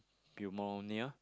pneumonia